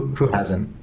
who hasn't,